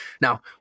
Now